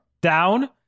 down